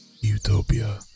Utopia